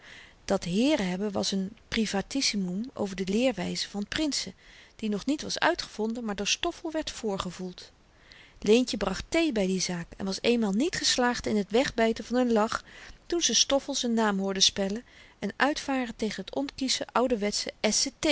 dat heeren hebben was n privatissimum over de leerwyze van prinsen die nog niet was uitgevonden maar door stoffel werd voorgevoeld leentje bracht thee by die zaak en was eenmaal niet geslaagd in t wegbyten van n lach toen ze stoffel z'n naam hoorde spellen en uitvaren tegen t onkiesche ouwerwetsche